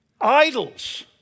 Idols